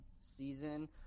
season